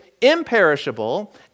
imperishable